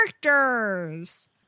characters